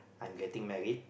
I'm getting married